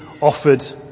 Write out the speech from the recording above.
offered